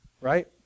Right